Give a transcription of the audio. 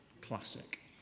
classic